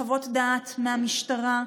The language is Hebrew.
לחוות דעת מהמשטרה,